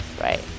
Right